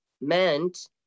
meant